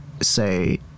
say